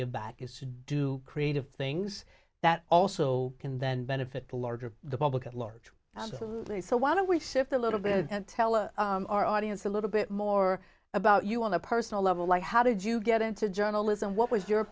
give back is to do creative things that also can then benefit the larger the public at large absolutely so why don't we sift a little bit and tell our audience a little bit more about you on a personal level like how did you get into journalism what was your